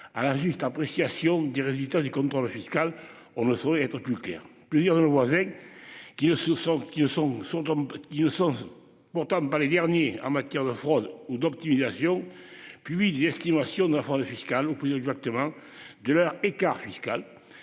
à la juste appréciation des résultats du contrôle fiscal. On ne saurait être plus clair. Plusieurs de nos voisins. Qui ne se sentent qu'ils ne sont sont ils ne sont pourtant pas les derniers. En matière de fraude ou d'optimisation puis estimation de la fraude fiscale ou plus exactement de leur écart fiscal